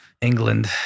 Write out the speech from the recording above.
England